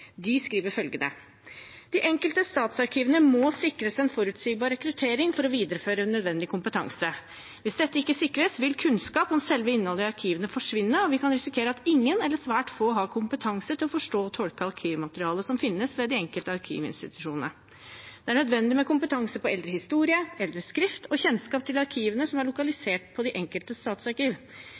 De skriver følgende: «De enkelte statsarkivene må sikres en forutsigbar rekruttering for å videreføre nødvendig kompetanse. Hvis dette ikke sikres, vil kunnskap om selve innholdet i arkivene forsvinne, og vi kan risikere at ingen, eller svært få, har kompetanse til å forstå og tolke arkivmateriale som finnes ved de enkelte arkivinstitusjonene. Det er nødvendig med kompetanse på eldre historie, eldre skrift og kjennskap til arkivene som er lokalisert på det enkelte statsarkiv.